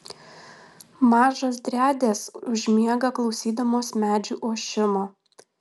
mažos driadės užmiega klausydamos medžių ošimo